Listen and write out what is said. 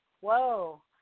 Whoa